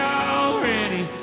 already